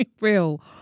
real